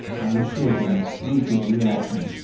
i was shaken, weak with reaction.